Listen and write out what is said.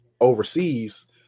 overseas